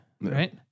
Right